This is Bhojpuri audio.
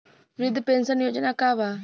वृद्ध पेंशन योजना का बा?